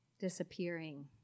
disappearing